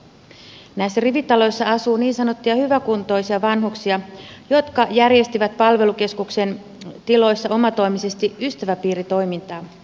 näissä rivitaloissa asuu niin sanottuja hyväkuntoisia vanhuksia jotka järjestivät palvelukeskuksen tiloissa omatoimisesti ystäväpiiritoimintaa